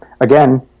again